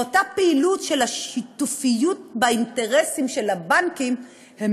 באותה פעילות של השיתופיות באינטרסים של הבנקים הם